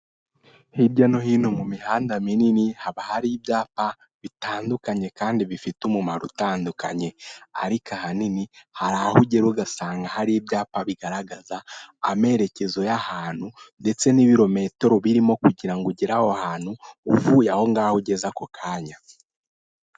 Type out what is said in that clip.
Hirya no hino mu mihanda minini haba hari ibyapa bitandukanye kandi bifite umumaro munini ariko ahanini hari aho ugera ugasanga hari ibyapa bigaragaraza amerekezo y'ahantu ndetse n'ibirometero birimo kugira ngo ugere aho hantu uvuye aho ngaho ugeze ako kanya.